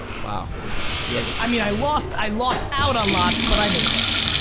wow yes. i mean i lost i lost out on lots but i made lots,